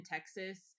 Texas